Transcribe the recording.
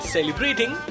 Celebrating